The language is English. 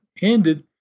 ended